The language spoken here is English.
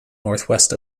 northwest